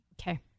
Okay